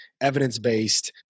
evidence-based